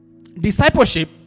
Discipleship